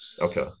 Okay